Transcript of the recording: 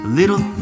little